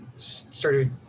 started